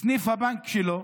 סניף הבנק שלו,